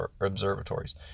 observatories